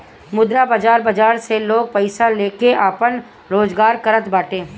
मुद्रा बाजार बाजार से लोग पईसा लेके आपन रोजगार करत बाटे